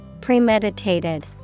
premeditated